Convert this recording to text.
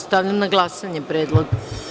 Stavljam na glasanje predlog.